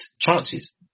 chances